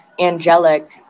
angelic